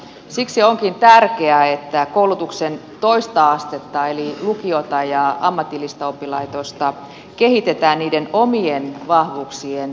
siksi onkin tärkeää että koulutuksen toista astetta eli lukiota ja ammatillista oppilaitosta kehitetään niiden omien vahvuuksien pohjalta